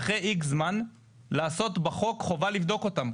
ואחרי איקס זמן לעשות בחוק חובה לבדוק אותם,